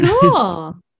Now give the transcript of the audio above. cool